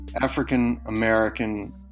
African-American